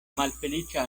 malfeliĉa